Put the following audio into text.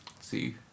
See